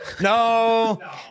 No